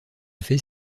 fait